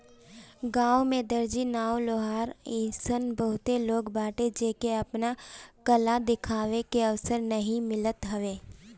गांव में दर्जी, नाऊ, लोहार अइसन बहुते लोग बाटे जेके आपन कला देखावे के अवसर नाइ मिलत हवे